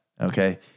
okay